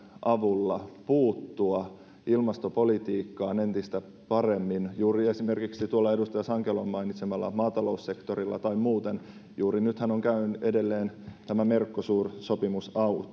avulla puuttua ilmastopolitiikkaan entistä paremmin juuri esimerkiksi edustaja sankelon mainitsemalla maataloussektorilla tai muuten juuri nythän on edelleen tämä mercosur sopimus